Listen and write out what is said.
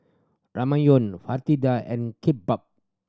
Ramyeon Fritada and Kimbap